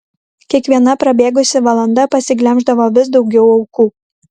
kiekviena prabėgusi valanda pasiglemždavo vis daugiau aukų